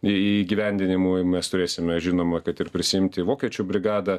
į įgyvendinimui mes turėsime žinoma kad ir prisiimti vokiečių brigadą